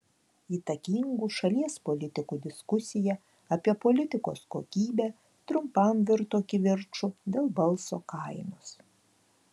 įtakingų šalies politikų diskusija apie politikos kokybę trumpam virto kivirču dėl balso kainos